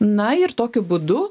na ir tokiu būdu